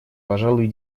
пожалуй